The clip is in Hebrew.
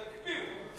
תקפיאו.